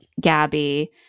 Gabby